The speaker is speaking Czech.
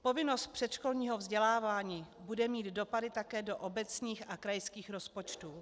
Povinnost předškolního vzdělávání bude mít dopady také do obecních a krajských rozpočtů.